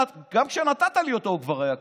גם כשנתת לי אותו הוא כבר היה קרוע.